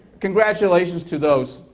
congratulations to those.